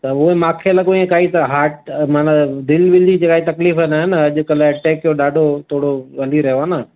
त उहो ई मूंखे लॻो इअं काई त हार्ट माना दिलि विलि जी काई तकलीफ़ु न न अॼुकल्ह अटैक ॾाढो थोरो वधी रहियो आहे न